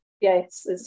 yes